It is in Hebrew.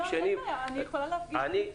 אין בעיה, אני יכולה להפגיש ביניכם.